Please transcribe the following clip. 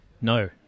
No